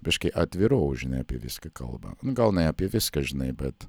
biškį atvirau žinai apie viską kalba nu gal ne apie viską žinai bet